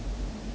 mm